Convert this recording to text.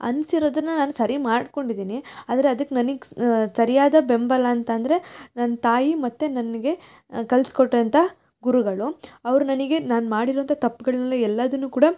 ಅನ್ಸಿರೋದನ್ನು ನಾನು ಸರಿ ಮಾಡ್ಕೊಂಡಿದೀನಿ ಆದರೆ ಅದಕ್ ನನಗ್ ಸರಿಯಾದ ಬೆಂಬಲ ಅಂತ ಅಂದರೆ ನನ್ನ ತಾಯಿ ಮತ್ತು ನನಗೆ ಕಲ್ಸಿ ಕೊಟ್ಟಂಥ ಗುರುಗಳು ಅವರು ನನಗೆ ನಾನು ಮಾಡಿರೋವಂಥ ತಪ್ಪುಗಳು ಎಲ್ಲದನ್ನೂ ಕೂಡ